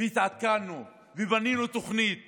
והתעדכנו ובנינו תוכנית